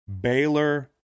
Baylor